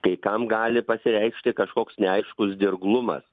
kai kam gali pasireikšti kažkoks neaiškus dirglumas